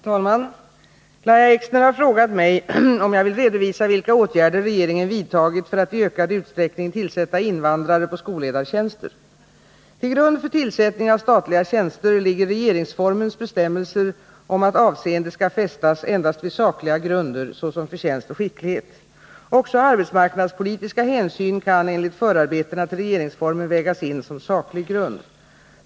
Herr talman! Lahja Exner har frågat mig om jag vill redovisa vilka åtgärder regeringen vidtagit för att i ökad utsträckning tillsätta invandrare på skolledartjänster. Till grund för tillsättning av statliga tjänster ligger regeringsformens bestämmelser om att avseende skall fästas endast vid sakliga grunder såsom förtjänst och skicklighet. Också arbetsmarknadspolitiska hänsyn kan enligt förarbetena till regeringsformen vägas in som saklig grund.